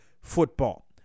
football